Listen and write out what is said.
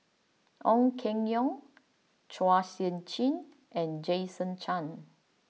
Ong Keng Yong Chua Sian Chin and Jason Chan